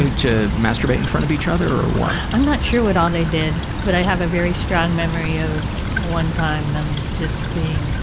to masturbate in front of each other or what? i'm not sure what all they did. but i have a very strong memory of one time just being